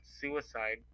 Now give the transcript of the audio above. Suicide